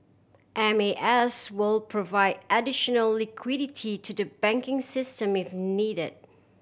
M A S will provide additional liquidity to the banking system if needed